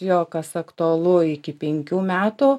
jo kas aktualu iki penkių metų